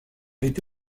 été